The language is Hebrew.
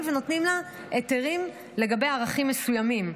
ונותנים לה היתרים לגבי ערכים מסוימים.